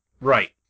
Right